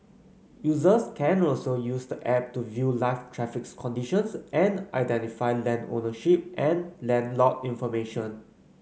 users can also use the app to view live traffic conditions and identify land ownership and land lot information